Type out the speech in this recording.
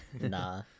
Nah